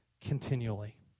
continually